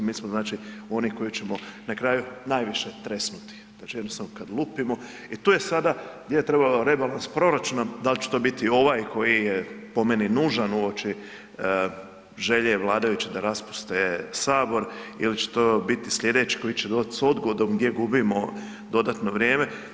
Mi smo znači oni koji ćemo na kraju najviše tresnuti … [[Govornik se ne razumije]] kad lupimo i tu je sada gdje je trebalo rebalans proračuna, dal će to biti ovaj koji je po meni nužan uoči želje vladajuće da raspuste sabor ili će to biti slijedeći koji će doć s odgodom gdje gubimo dodatno vrijeme.